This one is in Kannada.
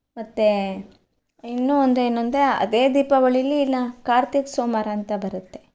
ಮತ್ತು ಇನ್ನೂ ಒಂದು ಏನೆಂದ್ರೆ ಅದೇ ದೀಪಾವಳಿಯಲ್ಲಿ ನ ಕಾರ್ತಿಕ್ ಸೋಮವಾರ ಅಂತ ಬರುತ್ತೆ